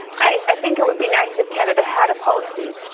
i think it would be nice if canada had a policy.